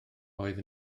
oedd